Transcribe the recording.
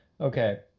Okay